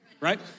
right